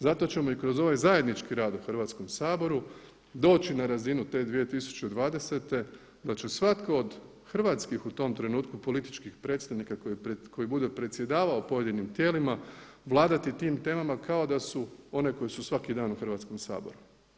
Zato ćemo i kroz ovaj zajednički rad u Hrvatskom saboru doći na razinu te 2020. da će svatko od hrvatskih u tom trenutku političkih predstavnika koji bude predsjedavao pojedinim tijelima vladati tim temama kao da su one koje su svaki dan u Hrvatskom saboru.